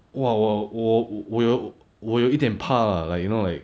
哇我我我有我有一点怕啦 like you know like